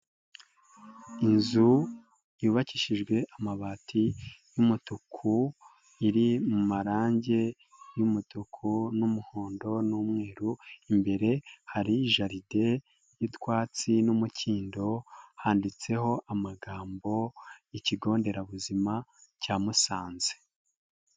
Inzu yubakishijwe amabati y'umutuku, iri mu marange y'umutuku n'umuhondo n'umweru, imbere hari jaride y'utwatsi n'umukindo, handitseho amagambo ikigo nderabuzima cya Musanze.